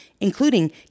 including